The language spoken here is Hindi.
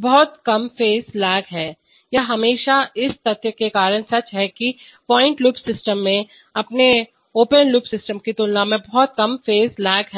बहुत कम फेज लेग है यह हमेशा इस तथ्य के कारण सच है कि पॉइंट लूप सिस्टम में ओपन लूप सिस्टम की तुलना में बहुत कमफेज लेग है